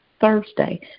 Thursday